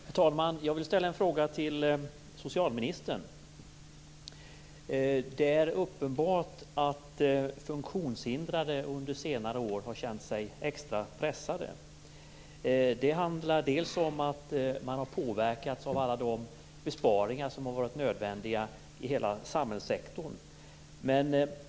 Herr talman! Jag vill ställa en fråga till socialministern. Det är uppenbart att funktionshindrade har känt sig extra pressade under senare år. Det handlar om att de har påverkats av alla de besparingar som har varit nödvändiga i hela samhällssektorn.